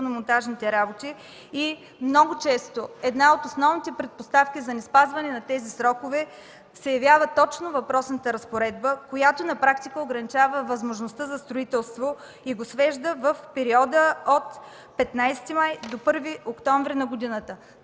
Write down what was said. строително-монтажните работи и много често една от основните предпоставки за неспазаване на тези срокове се явява точно въпросната разпоредба, която на практика ограничава възможността за строителство и го свежда в периода – 15 май до 1 октомври на годината,